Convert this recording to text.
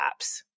apps